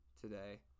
today